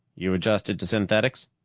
you adjusted to synthetics?